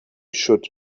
should